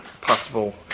possible